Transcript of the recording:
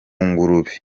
ngurube